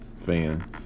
fan